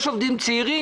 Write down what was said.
יש גם עובדים צעירים,